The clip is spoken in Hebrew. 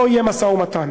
לא יהיה משא-ומתן,